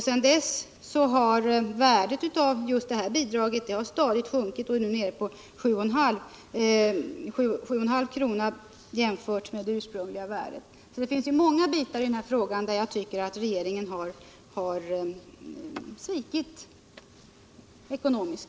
Sedan dessa har värdet av detta bidrag stadigt sjunkit och är nu nere på 7,50 kr. jämfört med det ursprungliga på 15 kr. Det finns alltså många delar av denna fråga där jag anser att regeringen har svikit ekonomiskt.